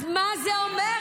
מהממשלה,